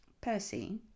Percy